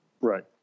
Right